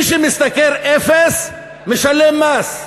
מי שמשתכר אפס משלם מס,